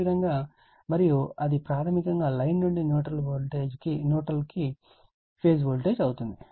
అదేవిధంగా మరియు అది ప్రాథమికంగా లైన్ నుండి న్యూట్రల్ వరకు ఫేజ్ ఓల్టేజ్ అవుతుంది